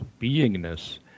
beingness